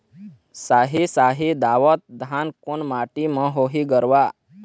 साही शाही दावत धान कोन माटी म होही गरवा?